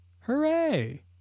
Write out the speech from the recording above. Hooray